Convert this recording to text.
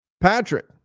Patrick